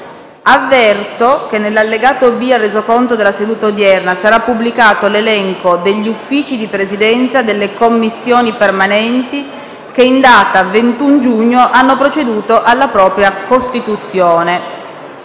Avverto che nell'allegato B al Resoconto della seduta odierna sarà pubblicato l'elenco degli Uffici di Presidenza delle Commissioni permanenti che, in data 21 giugno, hanno proceduto alla propria costituzione.